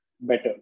better